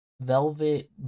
Velvet